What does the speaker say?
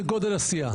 כגודל הסיעה.